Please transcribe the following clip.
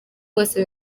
bose